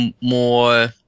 more